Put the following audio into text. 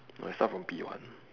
no I start from P one